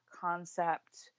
concept